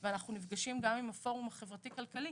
אנחנו נפגשים גם עם הפורום החברתי כלכלי